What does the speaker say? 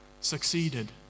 succeeded